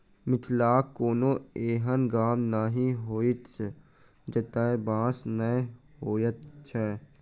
मिथिलाक कोनो एहन गाम नहि होयत जतय बाँस नै होयत छै